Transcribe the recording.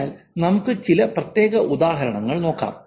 അതിനാൽ നമുക്ക് ചില പ്രത്യേക ഉദാഹരണങ്ങൾ നോക്കാം